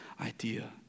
idea